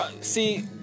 See